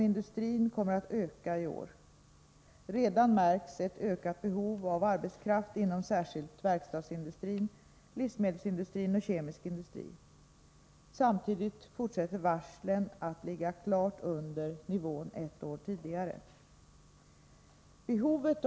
Bristen beräknas till ca 35 milj.kr. Om inga ytterligare medel skjuts till tvingas man successivt skära ner antalet beredskapsarbetsplatser under våren med 4 800.